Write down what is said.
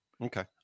Okay